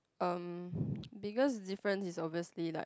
erm biggest difference is obviously like